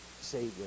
Savior